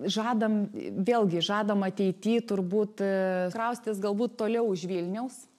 žadam vėlgi žadam ateity turbūt kraustytis galbūt toliau už vilniaus